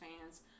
fans